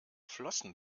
flossen